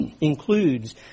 includes